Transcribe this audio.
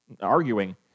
arguing